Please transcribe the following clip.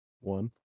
One